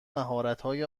مهارتهای